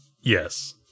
Yes